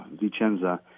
Vicenza